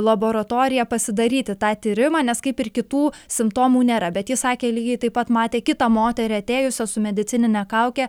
laboratoriją pasidaryti tą tyrimą nes kaip ir kitų simptomų nėra bet jis sakė lygiai taip pat matė kitą moterį atėjusią su medicinine kauke